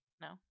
No